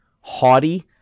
haughty